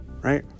right